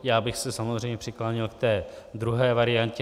Já bych se samozřejmě přikláněl k té druhé variantě.